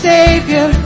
Savior